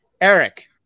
eric